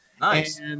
Nice